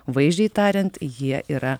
vaizdžiai tariant jie yra